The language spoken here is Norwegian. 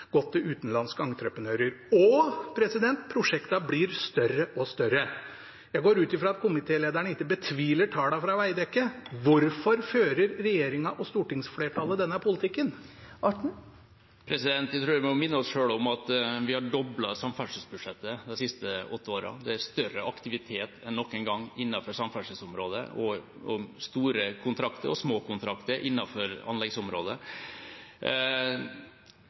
til utenlandske entreprenører, og prosjektene blir større og større. Jeg går ut fra at komitélederen ikke betviler tallene fra Veidekke. Hvorfor fører regjeringen og stortingsflertallet denne politikken? Jeg tror vi må minne oss selv på at vi har doblet samferdselsbudsjettet de siste åtte årene. Det er større aktivitet enn noen gang innenfor samferdselsområdet – og store kontrakter og små kontrakter innenfor anleggsområdet.